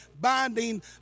binding